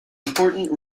important